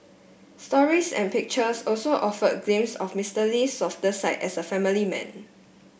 stories and pictures also offered glimpses of Mister Lee's softer side as a family man